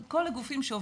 כל מיני גופים,